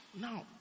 Now